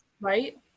right